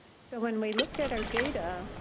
so when we looked at our data,